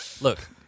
Look